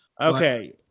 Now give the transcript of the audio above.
Okay